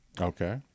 Okay